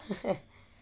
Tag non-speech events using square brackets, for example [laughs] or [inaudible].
[laughs]